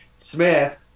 Smith